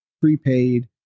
prepaid